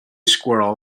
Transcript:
squirrel